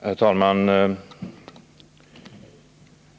Herr talman!